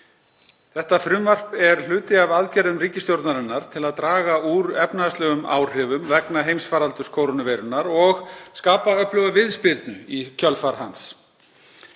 769. Frumvarpið er hluti af aðgerðum ríkisstjórnarinnar til að draga úr efnahagslegum áhrifum vegna heimsfaraldurs kórónuveirunnar og skapa öfluga viðspyrnu í kjölfar hans.